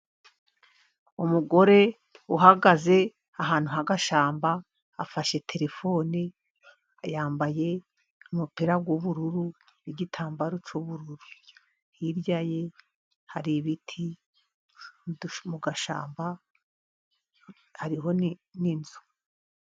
Umugore uhagaze ahantu hagashyamba afashe terefone, yambaye umupira w'ubururu n'igitambaro cy'ubururu, hirya ye hari ibiti mu gashyamba hariho ni nzu.